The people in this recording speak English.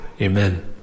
Amen